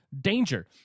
danger